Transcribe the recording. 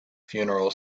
funeral